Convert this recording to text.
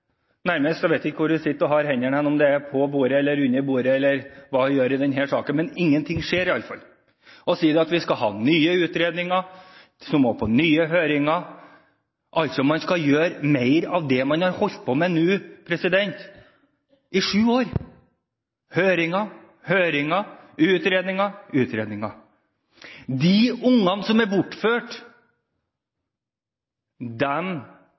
vet ikke hvor barneministeren sitter, om hun har hendene på eller under bordet eller hva hun gjør i denne saken, men i hvert fall skjer ingenting. Man sier at man skal ha nye utredninger, som må på nye høringer, altså skal man gjøre mer av det man har holdt på med i sju år nå – høringer og utredninger. De ungene som er bortført,